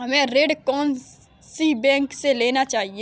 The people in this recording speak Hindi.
हमें ऋण कौन सी बैंक से लेना चाहिए?